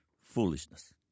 Foolishness